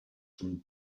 from